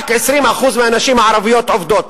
רק 20% מהנשים הערביות עובדות.